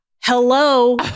hello